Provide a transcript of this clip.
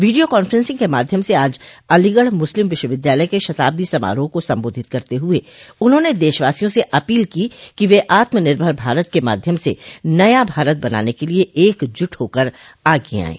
video conferencing के माध्यम से आज अलीगढ़ मुस्लिम विश्वविद्यालय के शताब्दी समारोह को संबोधित करते हुए उन्होंने देशवासियों से अपील की कि वे आत्मनिर्भर भारत के माध्यम से नया भारत बनाने के लिए एकजुट होकर आगे आयें